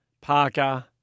Parker